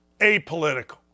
apolitical